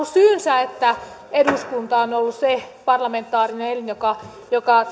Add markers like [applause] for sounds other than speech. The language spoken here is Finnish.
[unintelligible] syynsä että eduskunta on ollut se parlamentaarinen elin joka joka [unintelligible]